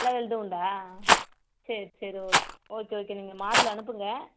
எல்லா வெல்டும் உண்டா சரி சரி ஓகே ஓகே ஓகே நீங்கள் மாடலு அனுப்புங்க